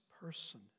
person